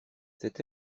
c’est